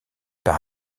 par